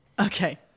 Okay